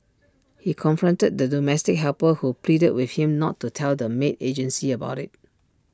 he confronted the domestic helper who pleaded with him not to tell the maid agency about IT